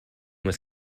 was